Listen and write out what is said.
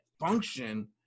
function